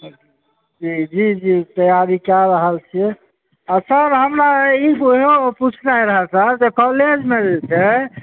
जी जी जी तैयारी कऽ रहल छिए आ सर हमरा इहो पुछनाइ रहै सर कॉलेजमे जे छै